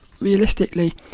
Realistically